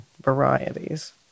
varieties